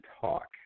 talk